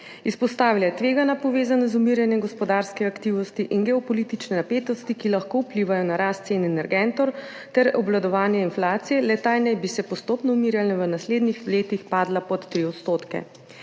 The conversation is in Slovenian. Izpostavila je tveganja, povezana z umirjanjem gospodarske aktivnosti, in geopolitične napetosti, ki lahko vplivajo na rast cen energentov ter obvladovanje inflacije, le-ta naj bi se postopno umirjala in v naslednjih letih padla pod 3 %.